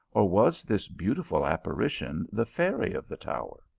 or was this beautiful ap parition the fairy of the tower?